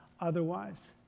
otherwise